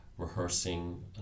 rehearsing